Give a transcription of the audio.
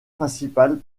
principal